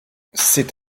c’est